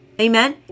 amen